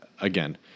again